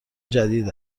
جدید